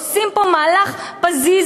עושים פה מהלך פזיז,